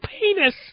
penis